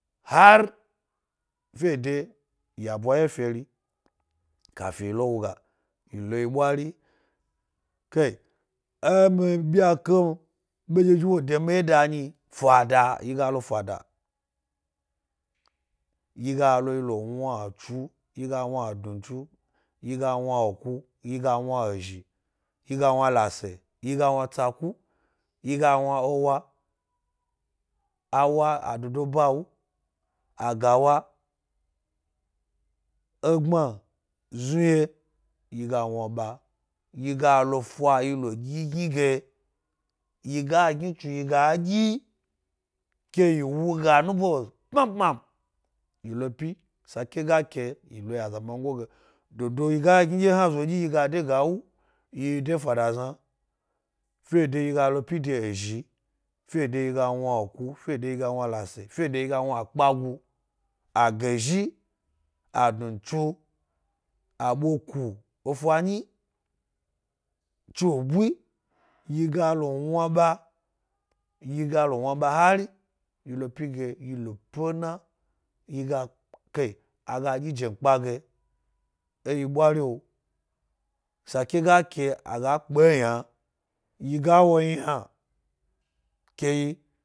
Hari fede ya ɓwaye feri kafi yilo wuga lo yi ɓwari. E mi byake o e nɗye zhi wo de miwye da nyi, fada, yiga lo fada, yi ga lo yi lo wna etsuu, yi ga wna adnutsnu, yi ga wna aku, yi ga wna adnuntsu, yi ga wna aku, yi ga wna ezhi, yi ga wna lase, yi ga wna tsalhu, yi ga una ewa. Awa adodo bawa, agawa egbma, znuge yi ga wna ɓa yi ga lo fa yi ledyi gni ge yi ga gni tsu yi ga ɗyi ke yi wuga nuɓo bmani-bmam yi lo pi, sake ga ke yi lo yi azamango ge, dodo yi ga egni ɛye hna ɗyi yi ga de gawu yde fada zna, fede yiga lo pi de ezhi, fede yiga wna eku, fede yiga wna lase, fede yiga wna akpagu, agwzhi, adnunttsu, aɓoku efa nyi, tsu bu. yi ga lo wna ɓa hari yi lo pige yi lo pena, aga ɗyi jenkpa ge eyi ɓwari’o sake ga ke, aga pkeyna’a yi ga wo yna’a ke